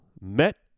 met